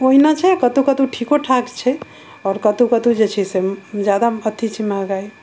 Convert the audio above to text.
ओहिना छै कतौ कतौ ठिकोठाक छै आओर कतौ कतौ जे छै से जादा अथी छै महगाइ